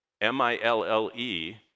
M-I-L-L-E